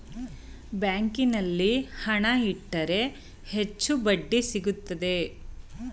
ಬ್ಯಾಂಕಿನಲ್ಲಿ ಹಣ ಇಟ್ಟರೆ ಹೆಚ್ಚು ಬಡ್ಡಿ ಸಿಗುತ್ತದೆ